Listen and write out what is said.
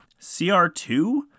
CR2